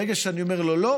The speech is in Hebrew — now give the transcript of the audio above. ברגע שאני אומר לו: לא,